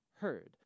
heard